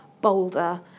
bolder